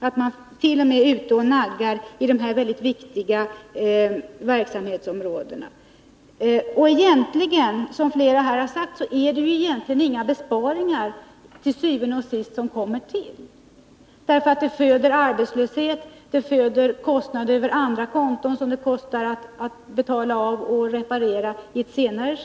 De måste t.o.m. nagga på dessa viktiga verksamhetsområden. Som flera redan har sagt är det til syvende og sidst inte några besparingar man åstadkommer, eftersom åtgärderna föder arbetslöshet och kostnader på andra konton, när man i ett senare skede skall reparera skadorna.